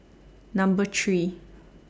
Number three